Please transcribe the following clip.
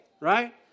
right